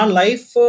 life